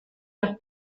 los